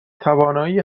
توانایی